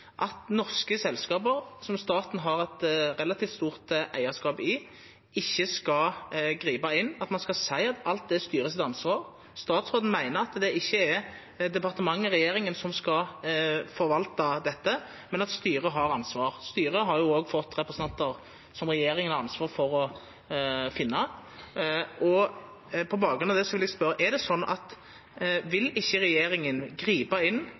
at ein i norske selskap, som staten har eit relativt stort eigarskap i, ikkje grip inn. Ein seier at alt er styret sitt ansvar. Statsråden meiner at det ikkje er departementet eller regjeringa som skal forvalta dette, men at styret har ansvar. Styret har også fått representantar som regjeringa har hatt ansvar for å finna. Eg vil på bakgrunn av det spørja: Er det sånn at regjeringa ikkje vil gripa inn